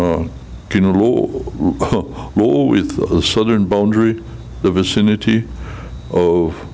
the southern boundary the vicinity of